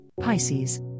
Pisces